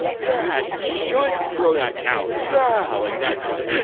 yeah, you should throw that couch yeah like, that sort of thing